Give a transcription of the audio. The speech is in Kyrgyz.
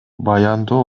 баяндоо